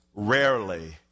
rarely